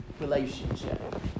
relationship